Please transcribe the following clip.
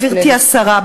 גברתי השרה,